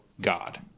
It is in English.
God